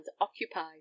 occupied